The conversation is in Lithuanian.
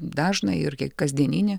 dažną ir kasdieninį